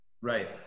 Right